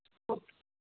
okay